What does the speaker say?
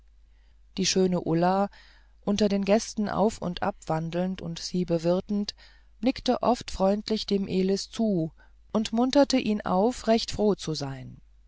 die schöne ulla unter den gästen auf und ab wandelnd und sie bewirtend nickte oft freundlich dem elis zu und munterte ihn auf recht froh zu sein